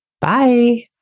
Bye